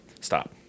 stop